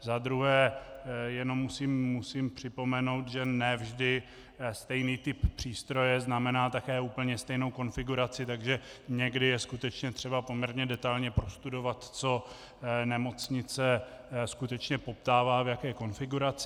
Za druhé jenom musím připomenout, že ne vždy stejný typ přístroje znamená také úplně stejnou konfiguraci, takže někdy je skutečně třeba poměrně detailně prostudovat, co nemocnice skutečně poptává, v jaké konfiguraci.